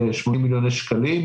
ב-80 מיליוני שקלים,